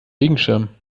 regenschirm